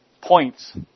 points